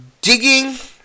digging